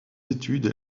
études